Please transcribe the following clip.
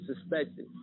suspected